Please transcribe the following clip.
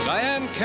Diane